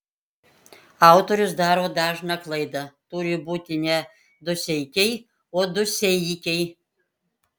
autorius daro dažną klaidą turi būti ne duseikiai o dūseikiai